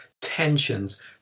tensions